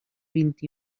vint